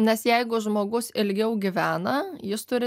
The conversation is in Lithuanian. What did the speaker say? nes jeigu žmogus ilgiau gyvena jis turi